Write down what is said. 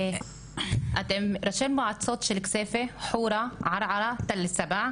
אתם ראשי מועצות של כסייפה, חורה, ערערה, תל שבע,